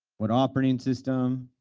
what operating system,